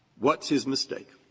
what's his mistake?